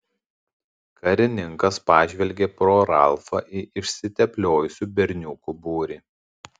karininkas pažvelgė pro ralfą į išsitepliojusių berniukų būrį